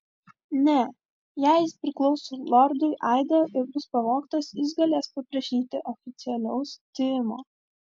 ne jei jis priklauso lordui aido ir bus pavogtas jis galės paprašyti oficialaus tyrimo